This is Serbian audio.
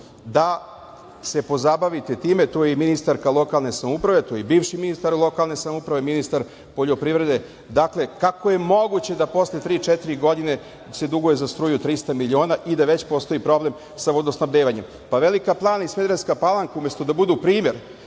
da se pozabavite time. Tu je i ministarka lokalne samouprave, tu je i bivši ministar lokalne samouprave, ministar poljoprivrede. Dakle, kako je moguće da posle tri, četiri godine se duguje za struju 300 miliona i da već postoji problem sa vodosnabdevanjem? Velika Plana i Smederevska palanka umesto da budu primer